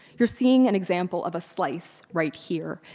you're seeing an example of a slice right here.